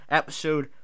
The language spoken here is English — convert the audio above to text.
episode